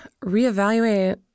reevaluate